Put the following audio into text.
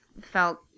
felt